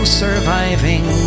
surviving